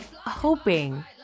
hoping